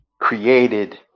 created